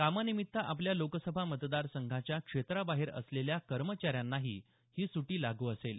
कामानिमित्त आपल्या लोकसभा मतदार संघाच्या क्षेत्राबाहेर असलेल्या कर्मचाऱ्यांनाही ही सुट्टी लागू असेल